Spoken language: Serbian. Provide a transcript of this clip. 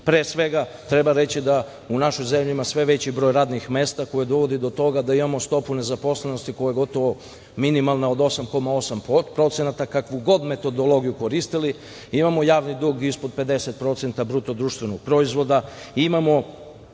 svega, treba reći da u našoj zemlji ima sve veći broj radnih mesta koja dovode do toga da imamo stopu nezaposlenosti koja je gotovo minimalna od 8,8%, kakvu god metodologiju koristili. Imamo javni dug ispod 50% BDP, imamo